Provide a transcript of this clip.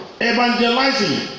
evangelizing